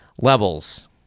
levels